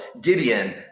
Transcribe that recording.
Gideon